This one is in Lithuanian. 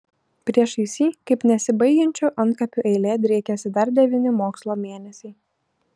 priešais jį kaip nesibaigiančių antkapių eilė driekėsi dar devyni mokslo mėnesiai